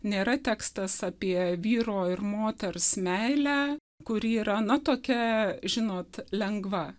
nėra tekstas apie vyro ir moters meilę kuri yra na tokia žinot lengva